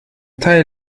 teil